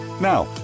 Now